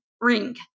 ring